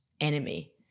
enemy